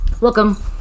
Welcome